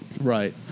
Right